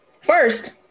first